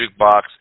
Jukebox